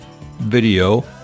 video